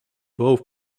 both